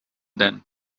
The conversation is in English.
then